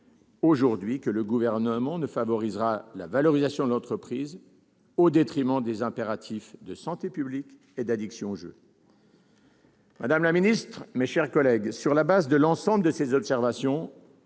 aujourd'hui que le Gouvernement ne favorisera pas la valorisation de l'entreprise, au détriment des impératifs de santé publique et d'addiction au jeu. Mes chers collègues, compte tenu de l'ensemble de ces observations,